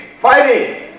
Fighting